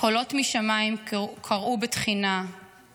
/ קולות משמיים קראו בתחינה /